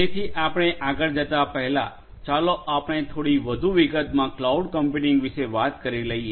તેથી આપણે આગળ જતા પહેલાં ચાલો આપણે થોડી વધુ વિગતમાં ક્લાઉડ કમ્પ્યુટિંગ વિશે વાત કરી લઈએ